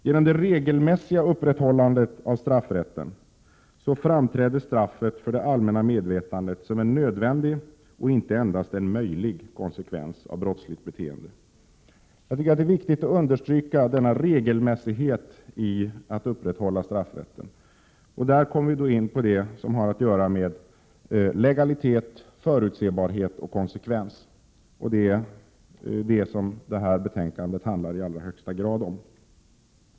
Genom det regelmässiga upprätthållandet av straffrätten, framträder straffet för det allmänna medvetandet som en nödvändig och icke en endast möjlig konsekvens av brottsligt beteende. Jag tycker att det är viktigt att understryka denna regelmässighet i upprätthållandet av straffrätten. Där kommer vi in på det som har att göra med legalitet, förutsebarhet och konsekvens. Det är det som detta betänkande i allra högsta grad handlar om.